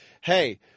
hey –